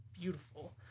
beautiful